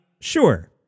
Sure